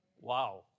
Wow